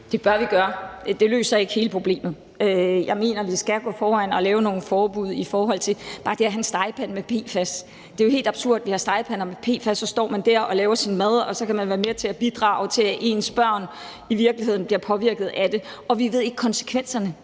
Det bør vi gøre. Det løser ikke hele problemet. Jeg mener, at vi skal gå foran og lave nogle forbud i forhold til det. Bare det at have en stegepande med PFAS er jo helt absurd. Vi har stegepander med PFAS, og så står man der og laver sin mad, og så kan man være med til at bidrage til, at ens børn i virkeligheden bliver påvirket af det, og vi ved ikke, hvad konsekvenserne